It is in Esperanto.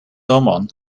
domon